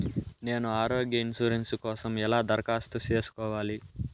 నేను ఆరోగ్య ఇన్సూరెన్సు కోసం ఎలా దరఖాస్తు సేసుకోవాలి